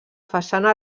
façana